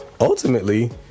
ultimately